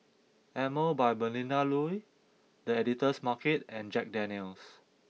Emel by Melinda Looi The Editor's Market and Jack Daniel's